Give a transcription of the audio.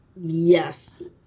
Yes